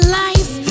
life